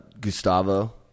gustavo